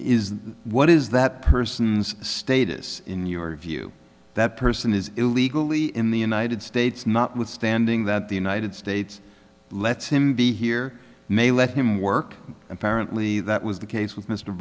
is what is that person's status in your view that person is illegally in the united states notwithstanding that the united states lets him be here may let him work apparently that was the case with m